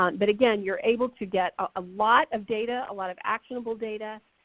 um but again you're able to get a lot of data, a lot of actionable data,